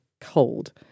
cold